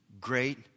great